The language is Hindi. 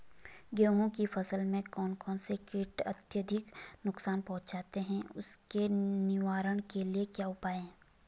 गेहूँ की फसल में कौन कौन से कीट अत्यधिक नुकसान पहुंचाते हैं उसके निवारण के क्या उपाय हैं?